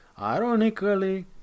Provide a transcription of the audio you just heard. Ironically